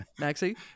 Maxi